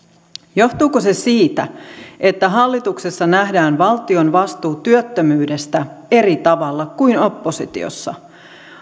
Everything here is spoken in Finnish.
johtuuko se siitä että hallituksessa nähdään valtion vastuu työttömyydestä eri tavalla kuin oppositiossa